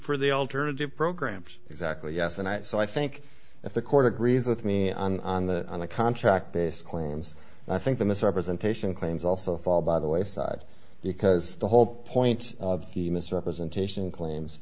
for the alternative programs exactly yes and i so i think if the court agrees with me on the on a contract basis claims i think the misrepresentation claims also fall by the wayside because the whole point of the misrepresentation claims